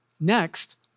Next